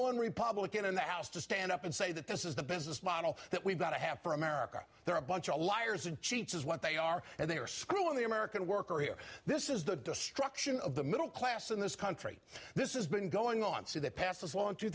one republican in the house to stand up and say that this is the business model that we've got to have for america there are a bunch of liars and cheats is what they are and they are screwing the american worker here this is the destruction of the middle class in this country this is been going on through the pas